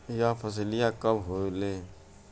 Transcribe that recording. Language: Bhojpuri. यह फसलिया कब होले?